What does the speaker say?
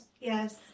Yes